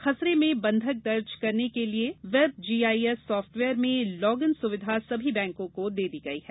खसरे में बंधक दर्ज करने के लिये वेब जीआईएस सॉफ्टवेयर में लॉग इन सुविधा सभी बैंको को दे दी गई है